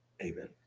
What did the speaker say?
Amen